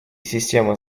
системы